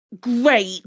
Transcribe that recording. great